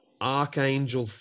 archangel